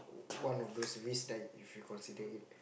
one of those risk that if you consider